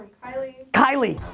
kylie. kylie.